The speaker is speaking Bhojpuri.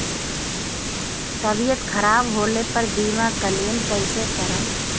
तबियत खराब होला पर बीमा क्लेम कैसे करम?